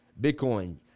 Bitcoin